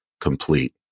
complete